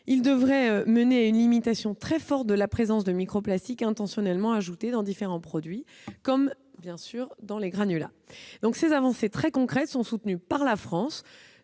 Il devrait mener à une limitation très forte de la présence de microplastiques intentionnellement ajoutés dans différents produits, comme dans les granulats. Ces avancées très concrètes sont soutenues par la France.